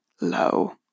low